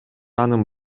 анын